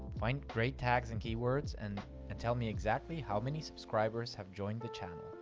find great tags and keywords, and and tell me exactly how many subscribers have joined the channel,